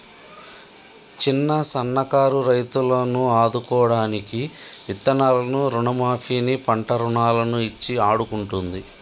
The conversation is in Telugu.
చిన్న సన్న కారు రైతులను ఆదుకోడానికి విత్తనాలను రుణ మాఫీ ని, పంట రుణాలను ఇచ్చి ఆడుకుంటుంది